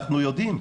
אנחנו יודעים,